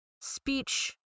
speech